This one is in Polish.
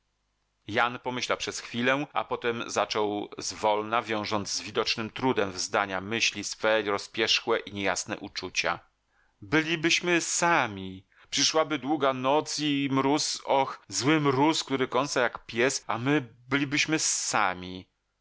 im jan pomyślał przez chwilę a potem zaczął zwolna wiążąc z widocznym trudem w zdania myśli swe rozpierzchłe i niejasne uczucia bylibyśmy sami przyszłaby długa noc i mróz oh zły mróz który kąsa jak pies a my bylibyśmy sami